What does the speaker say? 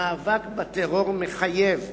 המאבק בטרור מחייב,